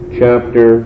chapter